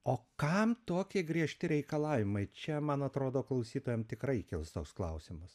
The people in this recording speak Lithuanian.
o kam tokie griežti reikalavimai čia man atrodo klausytojams tikrai kils toks klausimas